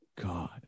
god